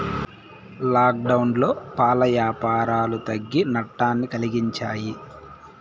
లాక్డౌన్లో పాల యాపారాలు తగ్గి నట్టాన్ని కలిగించాయి